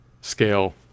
scale